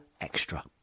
Extra